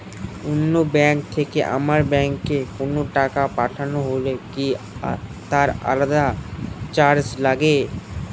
অন্য ব্যাংক থেকে আমার ব্যাংকে কোনো টাকা পাঠানো হলে কি তার জন্য আলাদা চার্জ লাগে?